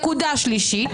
נקודה שלישית,